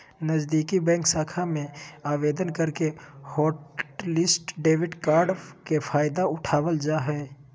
नजीदीकि बैंक शाखा में आवेदन करके हॉटलिस्ट डेबिट कार्ड के फायदा उठाबल जा हय